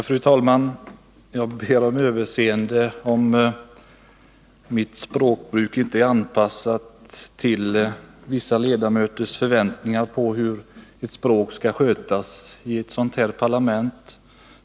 Fru talman! Jag ber om överseende om mitt språkbruk inte är sådant att det motsvarar vissa ledamöters förväntningar om hur språket skall brukas i ett parlament.